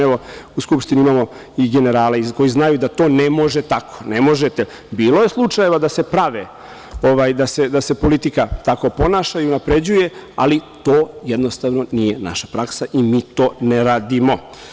Evo, u Skupštini imamo i generale koji znaju da to ne može tako. bilo je slučajeva da se politika tako ponaša i unapređuje ali to jednostavno nije naša praksa i mi to ne radimo.